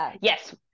Yes